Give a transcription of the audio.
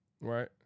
Right